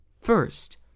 First